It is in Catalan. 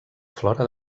flora